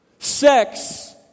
Sex